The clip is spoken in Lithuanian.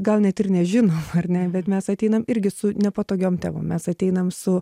gal net ir nežinom ar ne bet mes ateinam irgi su nepatogiom temom mes ateinam su